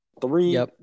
three